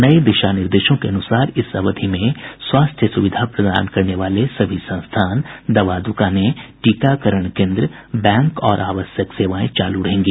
नये दिशा निर्देशों के अनुसार इस अवधि में स्वास्थ्य सुविधा प्रदान करने वाले सभी संस्थान दवा दुकानें टीकाकरण केंद्र बैंक और आवश्यक सेवाएं चालू रहेंगी